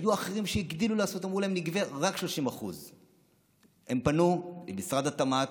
היו אחרים שהגדילו לעשות ואמרו להם: נגבה רק 30%. הם פנו למשרד התמ"ת,